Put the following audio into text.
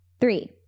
three